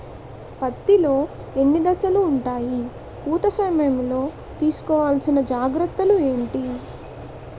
పత్తి లో ఎన్ని దశలు ఉంటాయి? పూత సమయం లో తీసుకోవల్సిన జాగ్రత్తలు ఏంటి?